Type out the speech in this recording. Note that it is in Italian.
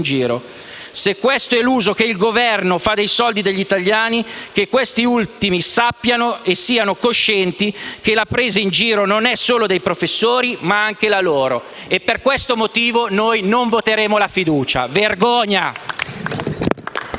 giro. Se questo è l'uso che il Governo fa dei soldi degli italiani, che questi ultimi sappiano e siano coscienti che la presa in giro non è solo dei professori ma anche la loro». Per questo motivo, noi non voteremo la fiducia. Vergogna!